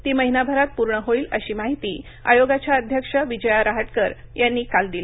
ती महिनाभरात पूर्ण होईल अशी माहिती आयोगाच्या अध्यक्ष विजया रहाटकर यांनी काल दिली